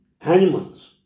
animals